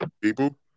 people